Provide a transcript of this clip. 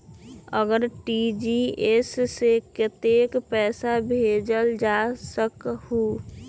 RTGS से कतेक पैसा भेजल जा सकहु???